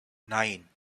nine